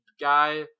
guy